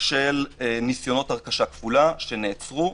של ניסיונות הרכשה כפולה שנעצרו,